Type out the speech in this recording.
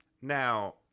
Now